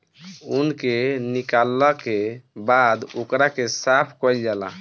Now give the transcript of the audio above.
ऊन के निकालला के बाद ओकरा के साफ कईल जाला